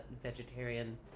vegetarian